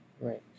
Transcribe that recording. Right